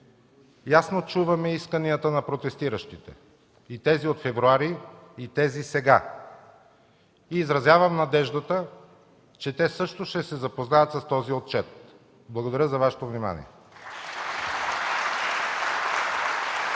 ясно чуваме исканията на протестиращите – и тези от февруари, и тези сега. Изразявам надеждата, че те също ще се запознаят с този отчет. Благодаря за Вашето внимание.